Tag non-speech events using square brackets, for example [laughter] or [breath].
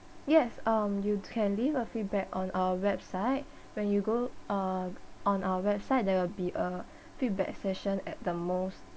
yes um you can leave a feedback on our website when you go uh on our website there will be a [breath] feedback session at the most